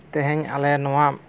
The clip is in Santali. ᱛᱮᱦᱮᱧ ᱟᱞᱮ ᱱᱚᱣᱟ